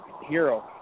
hero